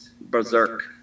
berserk